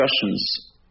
discussions